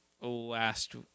last